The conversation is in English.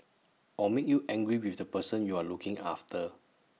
or make you angry with the person you're looking after